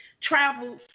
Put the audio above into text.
travel